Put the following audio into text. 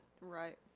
right